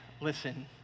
listen